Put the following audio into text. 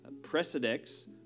Presidex